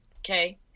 Okay